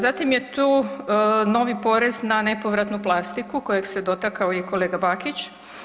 Zatim je tu novi porez na nepovratnu plastiku kojeg se dotakao i kolega Bakić.